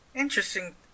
Interesting